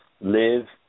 live